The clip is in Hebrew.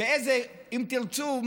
אם תרצו,